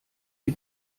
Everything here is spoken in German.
die